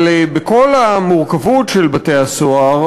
אבל בכל המורכבות של בתי-הסוהר,